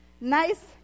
Nice